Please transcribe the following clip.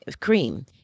cream